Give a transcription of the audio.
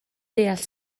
deall